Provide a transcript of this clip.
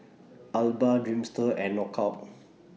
Alba Dreamster and Knockout